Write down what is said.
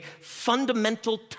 fundamental